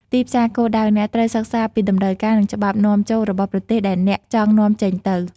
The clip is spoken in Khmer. ទីផ្សារគោលដៅ អ្នកត្រូវសិក្សាពីតម្រូវការ និងច្បាប់នាំចូលរបស់ប្រទេសដែលអ្នកចង់នាំចេញទៅ។